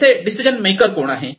येथे decision maker कोण आहे